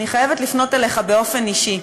אני חייבת לפנות אליך באופן אישי.